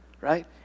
right